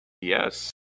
yes